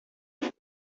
nost